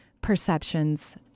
perceptions